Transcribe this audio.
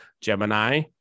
Gemini